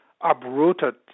uprooted